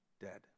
dead